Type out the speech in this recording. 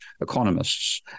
economists